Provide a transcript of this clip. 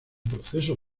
proceso